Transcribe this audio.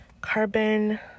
Carbon